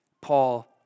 Paul